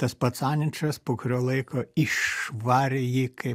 tas pats aničas po kurio laiko išvarė jį kaip